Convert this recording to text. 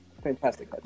fantastic